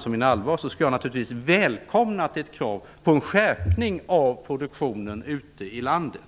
nu menar allvar, skulle jag naturligtvis välkomna ett krav på en skärpning av produktionen ute i landet.